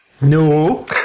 No